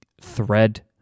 thread